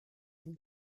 une